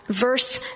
verse